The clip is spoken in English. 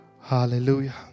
Hallelujah